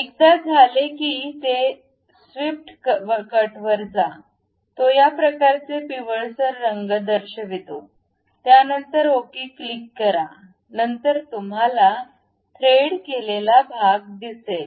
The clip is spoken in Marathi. एकदा झाले की हे स्वीप्ट कट वर जा तो या प्रकारचे पिवळसर रंग दर्शवितो नंतर ओके क्लिक करा नंतर तुम्हाला थ्रेड केलेला भाग दिसेल